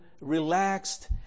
relaxed